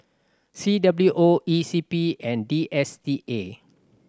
C W O E C P and D S T A